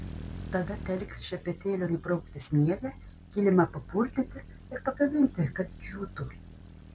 tada teliks šepetėliu nubraukti sniegą kilimą papurtyti ir pakabinti kad džiūtų